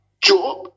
Job